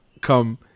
come